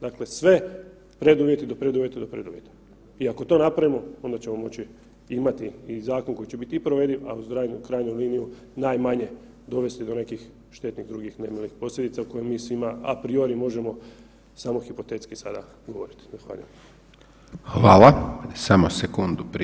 Dakle, sve preduvjeti do preduvjeta, do preduvjeta i ako to napravimo onda ćemo imati zakon koji će biti i provediv, a u krajnjoj liniji najmanje dovesti do nekih štetnih drugih nemilih posljedica o kojima mi svima a priori možemo samo hipotetski sada govoriti.